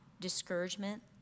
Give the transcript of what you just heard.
discouragement